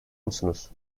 musunuz